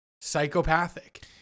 psychopathic